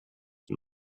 den